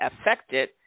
affected